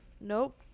Nope